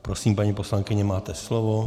Prosím, paní poslankyně, máte slovo.